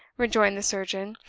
rejoined the surgeon,